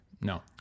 No